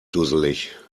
dusselig